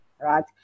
right